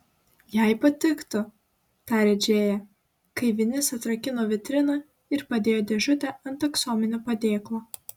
jai patiktų tarė džėja kai vinis atrakino vitriną ir padėjo dėžutę ant aksominio padėklo